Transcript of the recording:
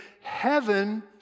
heaven